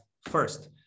first